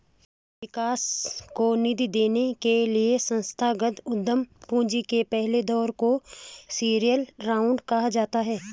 विकास को निधि देने के लिए संस्थागत उद्यम पूंजी के पहले दौर को सीरीज ए राउंड कहा जाता है